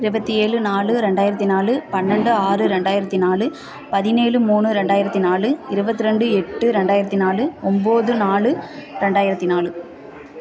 இருபத்தி ஏலு நாலு ரெண்டாயிரத்து நாலு பன்னெண்டு ஆறு ரெண்டாயிரத்து நாலு பதினேலு மூணு ரெண்டாயிரத்து நாலு இருபத்தி ரெண்டு எட்டு ரெண்டாயிரத்து நாலு ஒம்பது நாலு ரெண்டாயிரத்து நாலு